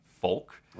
folk